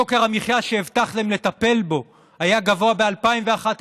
יוקר המחיה שהבטחתם לטפל בו היה גבוה ב-2011,